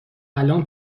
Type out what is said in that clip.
الان